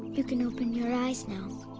you can open your eyes now.